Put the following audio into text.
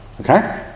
Okay